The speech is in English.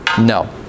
no